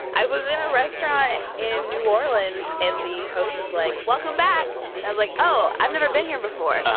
i was in a restaurant in new orleans. and the host was like, welcome back. and i was like, oh, i've never been here before.